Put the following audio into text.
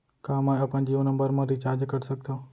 का मैं अपन जीयो नंबर म रिचार्ज कर सकथव?